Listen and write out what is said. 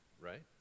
right